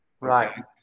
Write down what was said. Right